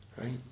Right